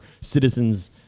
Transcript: citizens